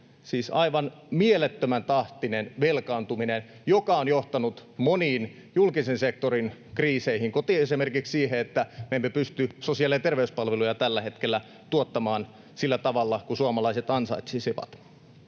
siis aivan mielettömän tahtinen velkaantuminen, joka on johtanut moniin julkisen sektorin kriiseihin, kuten esimerkiksi siihen, että me emme pysty sosiaali- ja terveyspalveluja tällä hetkellä tuottamaan sillä tavalla kuin suomalaiset ansaitsisivat.